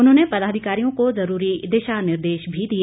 उन्होंने पदाधिकारियों को जरूरी दिशा निर्देश भी दिए